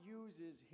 uses